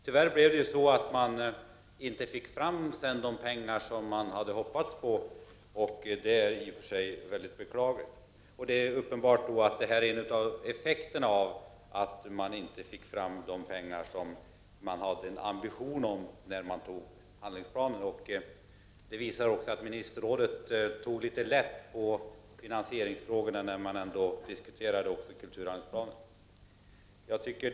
Tyvärr anslogs inte de pengar som man hade hoppats på, vilket är mycket beklagligt. Uppenbarligen är detta en effekt av att man inte fick fram de pengar som man hade räknat med när handlingsplanen antogs. Det visar också att ministerrådet tog litet lätt på finansieringsfrågorna när det diskuterade kulturhandlingsplanen.